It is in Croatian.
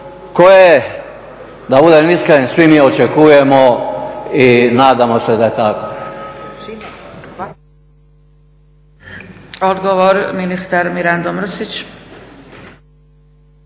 koje da budem iskren svi mi očekujemo i nadamo se tako.